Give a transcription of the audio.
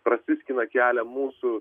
prasiskina kelią mūsų